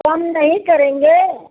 कम नहीं करेंगे